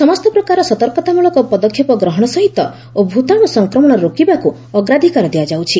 ସମସ୍ତ ପ୍ରକାର ସତର୍କତାମୂଳକ ପଦକ୍ଷେପ ଗ୍ରହଣ ସହିତ ଓ ଭୂତାଣୁ ସଂକ୍ରମଣ ରୋକିବାକୁ ଅଗ୍ରାଧିକାର ଦିଆଯାଉଛି